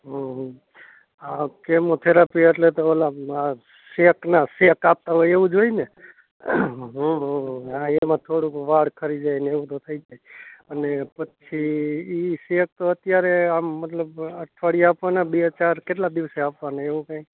ઓહો હા chemo therapy એટલે તો ઓલા શેકના શેક આપતા હોય એવુંજ હોયને હોહોહો હા એમાં થોડુંક વાળ ખરી જાય ને એવું બધું થઈ જાય અને પછી એ શેક તો અત્યારે આમ મતલબ અઠવાડીએ આપવાના બે ચાર કેટલા દિવસે આપવાના એવું કાંઈ